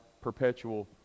perpetual